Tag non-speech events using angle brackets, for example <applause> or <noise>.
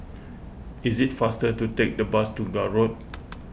<noise> it is faster to take the bus to Gul Road